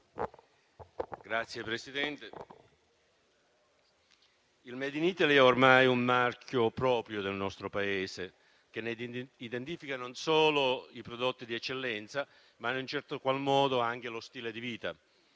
Signor Presidente, il *made in Italy* è ormai un marchio proprio del nostro Paese, che ne identifica non solo i prodotti di eccellenza, ma in un certo qual modo anche lo stile di vita.